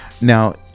Now